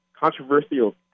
controversial